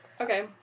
Okay